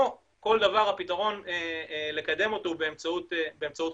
לא כל דבר הפתרון לקדם אותו הוא באמצעות חובה,